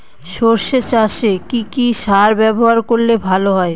সর্ষে চাসে কি কি সার ব্যবহার করলে ভালো হয়?